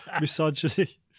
misogyny